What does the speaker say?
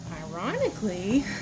ironically